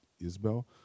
Isabel